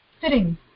sitting